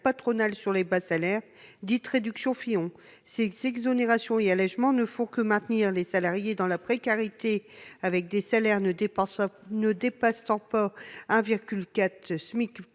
patronales sur les bas salaires, dites « réductions Fillon ». Ces exonérations et allégements ne font que maintenir les salariés dans la précarité, avec des salaires ne dépassant pas 1,4 fois